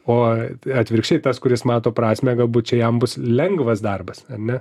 o atvirkščiai tas kuris mato prasmę galbūt čia jam bus lengvas darbas ar ne